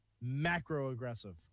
Macro-aggressive